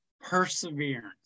perseverance